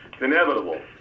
inevitable